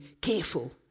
careful